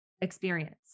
experience